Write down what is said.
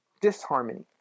Disharmony